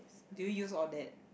do you use all that